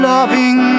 Loving